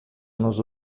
nos